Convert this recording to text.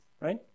right